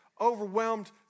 overwhelmed